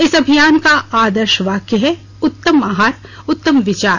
इस अभियान का आदर्श वाक्य है उत्तम आहार उत्तम विचार